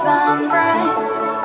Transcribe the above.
Sunrise